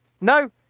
no